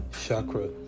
chakra